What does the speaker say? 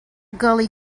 gully